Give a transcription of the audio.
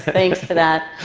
thanks for that.